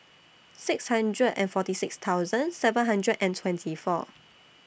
six hundred and forty six thousand seven hundred and twenty four